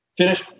Finish